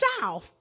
south